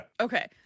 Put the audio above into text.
Okay